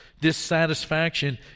dissatisfaction